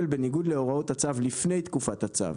בניגוד להוראות הצו לפני תקופת הצו,